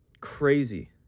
crazy